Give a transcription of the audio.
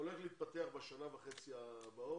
העלייה תתפתח בשנה וחצי הבאה